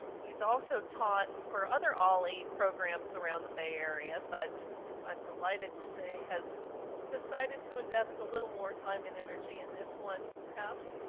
he's also taught for other olli programs around the bay area, but i'm delighted to say has decided to invest a little more time and energy in this one, perhaps,